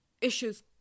issues